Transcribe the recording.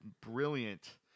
brilliant